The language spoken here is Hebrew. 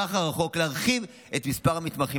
ובטווח הרחוק להרחיב את מספר המתמחים